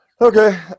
Okay